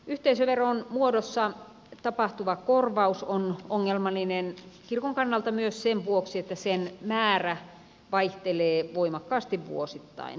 yhteisöveron muodossa tapahtuva korvaus on ongelmallinen kirkon kannalta myös sen vuoksi että sen määrä vaihtelee voimakkaasti vuosittain